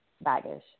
baggage